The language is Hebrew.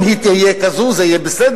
אם היא תהיה כזו זה יהיה בסדר,